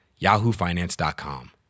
yahoofinance.com